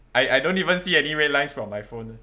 I I don't even see any red lines from my phone